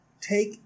take